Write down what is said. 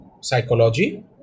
psychology